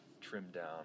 trimmed-down